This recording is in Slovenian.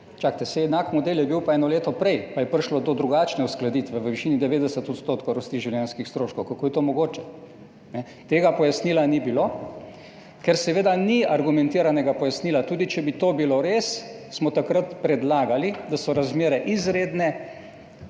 Čakajte, saj enak model je bil pa eno leto prej in je prišlo do drugačne uskladitve v višini 90 % rasti življenjskih stroškov. Kako je to mogoče? Tega pojasnila ni bilo, ker seveda ni argumentiranega pojasnila. Tudi če bi bilo to res, smo takrat predlagali, da so razmere izredne,